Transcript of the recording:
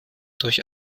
durch